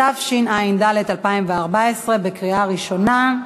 התשע"ד 2014 בקריאה ראשונה.